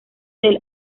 del